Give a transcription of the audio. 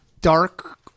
dark